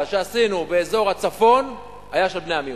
שעשינו באזור הצפון היה של בני המיעוטים.